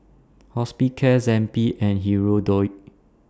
Hospicare Zappy and Hirudoid